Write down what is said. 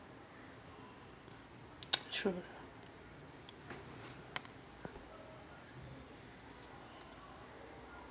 true